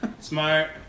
Smart